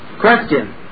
Question